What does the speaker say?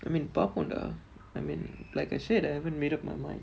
I mean பாப்போன்டா:paappondaa I mean like I said I haven't made up my mind